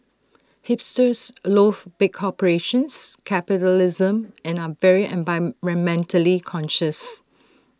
hipsters loath big corporations capitalism and are very environmentally conscious